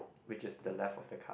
which is the left of the car